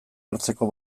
hartzeko